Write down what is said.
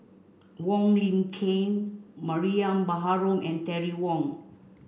Wong Lin Ken Mariam Baharom and Terry Wong